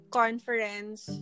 conference